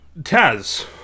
Taz